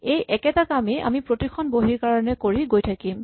এই একেটা কামেই আমি প্ৰতিখন বহীৰ কাৰণে কৰি গৈ থাকিম